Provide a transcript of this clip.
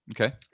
Okay